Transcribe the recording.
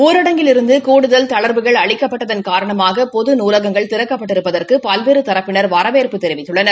ஊரடங்கிலிருந்து கூடுதல் தளங்வுகள் காரணமாக பொது நூலகங்கள் திறக்கப்பட்டிருப்பதற்கு பல்வேறு தரப்பினர் வரவேற்பு தெரிவித்துள்ளனர்